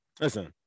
Listen